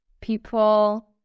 people